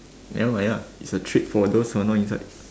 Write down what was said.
ya it's a trip for those who are not inside